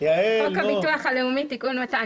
חוק הביטוח הלאומי (תיקון מס' 218,